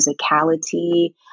musicality